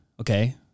Okay